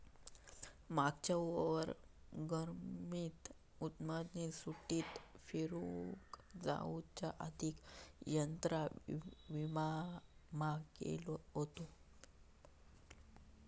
मागच्या गर्मीत गुप्ताजींनी सुट्टीत फिरूक जाउच्या आधी यात्रा विमा केलो हुतो